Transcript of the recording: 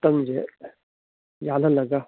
ꯎꯇꯪꯁꯦ ꯌꯥꯜꯍꯜꯂꯒ